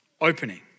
opening